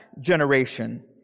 generation